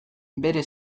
bere